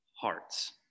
hearts